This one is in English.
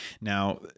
now